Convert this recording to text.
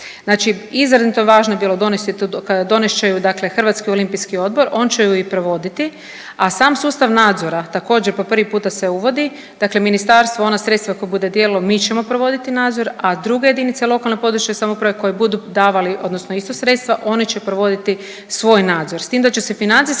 Znači izrazito važno je bilo donesti, donest će je dakle Hrvatski olimpijski odbor. On će je i provoditi, a sam sustav nadzora također po prvi puta se uvodi. Dakle, ministarstvo ona sredstva koja bude dijelilo mi ćemo provoditi nadzor, a druge jedinice lokalne, područne samouprave koje budu davali, odnosno isto sredstva oni će provoditi svoj nadzor